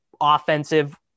offensive